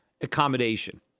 accommodation